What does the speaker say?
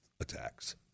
attacks